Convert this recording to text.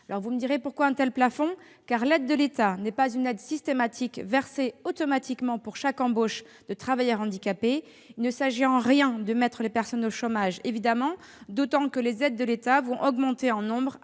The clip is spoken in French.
d'ici à 2022. Pourquoi un tel plafond ? Car l'aide de l'État n'est pas une aide systématique, versée automatiquement pour chaque embauche de travailleur handicapé. Il ne s'agit évidemment nullement de mettre les personnes au chômage, d'autant que les aides de l'État vont augmenter en nombre